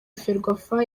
ferwafa